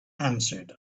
answered